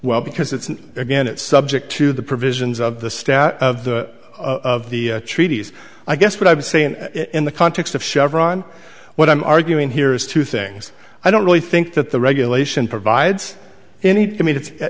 well because it's again it's subject to the provisions of the stat of the of the treaties i guess what i'm saying in the context of chevron what i'm arguing here is two things i don't really think that the regulation provides any i mean it's